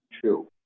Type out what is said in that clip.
true